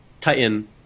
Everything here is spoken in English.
Titan